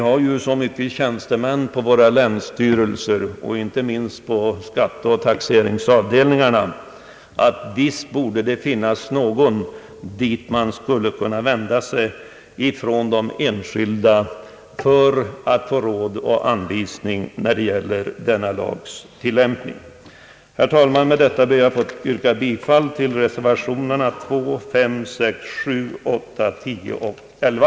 Det finns så många tjänstemän på våra länsstyrelser, inte minst på skatteoch taxeringsavdelningarna, och det borde kunna finnas någon som den enskilde skulle kunna vända sig till för att få råd och anvisningar när det gäller denna lags tillämpning. Herr talman! Med detta ber jag att få yrka bifall till reservationerna 2, 5, 6, 7, 8, 10 och 11.